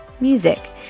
Music